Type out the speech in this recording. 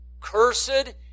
Cursed